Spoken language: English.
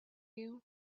you